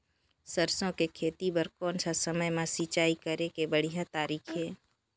सरसो के खेती बार कोन सा समय मां सिंचाई करे के बढ़िया तारीक हे?